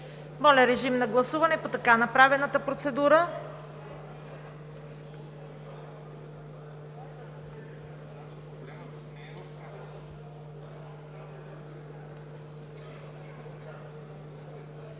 Моля, режим на гласуване по така направената процедура.